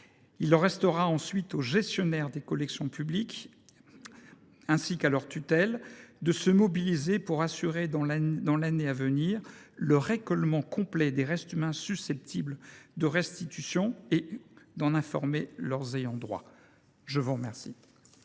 Il restera aux gestionnaires des collections publiques, ainsi qu’à leurs tutelles de se mobiliser pour assurer, dans l’année à venir, le récolement complet des restes humains susceptibles de restitution et d’en informer leurs ayants droit. La parole